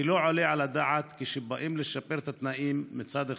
כי לא עולה על הדעת שכשבאים לשפר את התנאים מצד אחד,